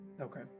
Okay